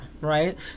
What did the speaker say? right